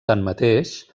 tanmateix